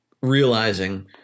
realizing